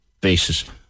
basis